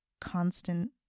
constant